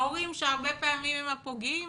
ההורים שהרבה פעמים הם הפוגעים,